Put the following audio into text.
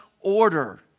order